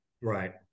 Right